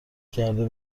کرده